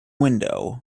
window